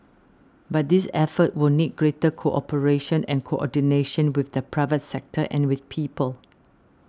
but this effort will need greater cooperation and coordination with the private sector and with people